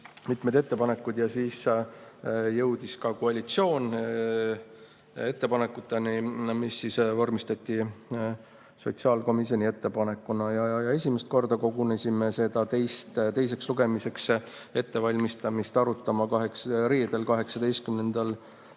mitmeid ettepanekuid. Siis jõudis ka koalitsioon ettepanekuteni, mis vormistati sotsiaalkomisjoni ettepanekuna. Esimest korda kogunesime teise lugemise ettevalmistamist arutama reedel, 18.